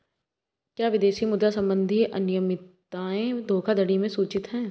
क्या विदेशी मुद्रा संबंधी अनियमितताएं धोखाधड़ी में सूचित हैं?